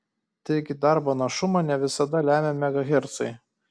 taigi darbo našumą ne visada lemia megahercai